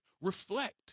reflect